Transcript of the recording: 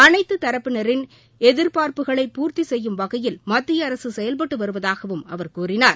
அனைத்து தரப்பினரின் எதிர்பார்ப்புகளை பூர்த்தி செய்யும் வகையில் மத்திய அரசு செயல்பட்டு வருவதாகவும் அவர் கூறினார்